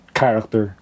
character